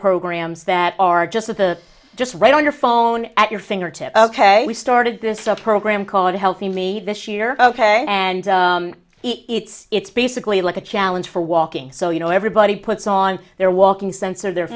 programs that are just of the just right on your phone at your fingertips ok we started this program called healthy me this year ok and it's it's basically like a challenge for walking so you know everybody puts on their walking sensor their